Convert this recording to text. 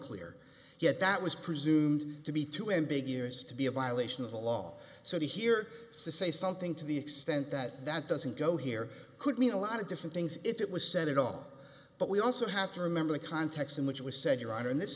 clear yet that was presumed to be too ambiguous to be a violation of the law so here say something to the extent that that doesn't go here could mean a lot of different things if it was set at all but we also have to remember the context in which it was said your honor and this